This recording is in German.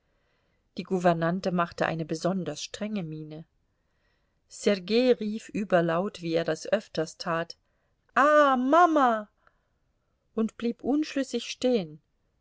die gouvernante machte eine besonders strenge miene sergei rief überlaut wie er das öfters tat ah mama und blieb unschlüssig stehen